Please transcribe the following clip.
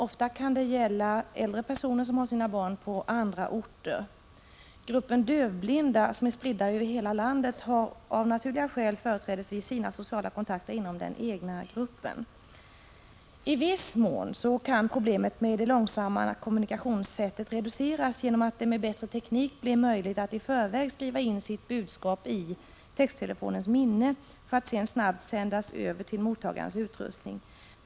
Ofta kan det gälla äldre människor som har sina barn på andra orter. Gruppen dövblinda, som är spridd över hela landet, har av naturliga skäl företrädesvis sina sociala kontakter inom den egna gruppen. I viss mån kan problemet med det långsamma kommunikationssättet reduceras genom att det med bättre teknik blir möjligt att i förväg skriva in sitt budskap i texttelefonens minne för att sedan snabbt sända över det till mottagarens utrustning.